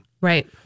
Right